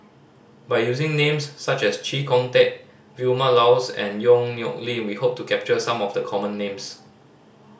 by using names such as Chee Kong Tet Vilma Laus and Yong Nyuk Lin we hope to capture some of the common names